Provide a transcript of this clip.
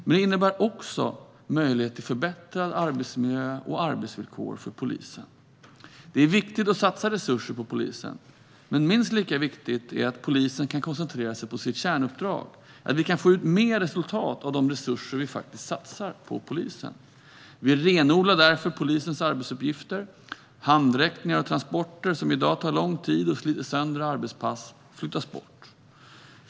Men det innebär också möjlighet till förbättrad arbetsmiljö och förbättrade arbetsvillkor för polisen. Det är viktigt att satsa resurser på polisen, men minst lika viktigt är det att polisen kan koncentrera sig på sitt kärnuppdrag så att vi kan få ut mer resultat av de resurser vi satsar på polisen. Vi renodlar därför polisens arbetsuppgifter. Handräckningar och transporter som i dag tar lång tid och sliter sönder arbetspass flyttas bort.